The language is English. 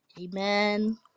Amen